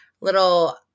little